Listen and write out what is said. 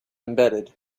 embedded